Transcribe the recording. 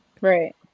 Right